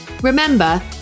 Remember